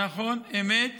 נכון, אמת.